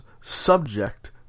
subject